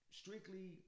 strictly